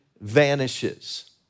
vanishes